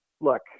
look